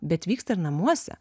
bet vyksta ir namuose